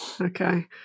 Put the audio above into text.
Okay